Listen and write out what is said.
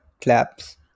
claps